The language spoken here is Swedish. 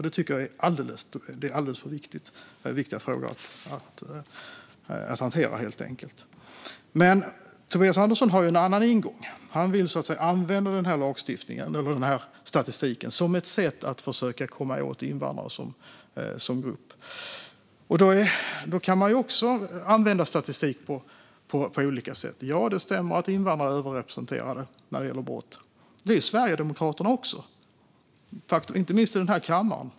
Det är alldeles för viktiga frågor för det. Men Tobias Andersson har en annan ingång. Han vill använda den här statistiken för att försöka komma åt invandrare som grupp. Man kan man använda statistik på olika sätt. Ja, det stämmer att invandrare är överrepresenterade när det gäller brott. Det är Sverigedemokraterna också, inte minst i den här kammaren.